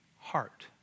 heart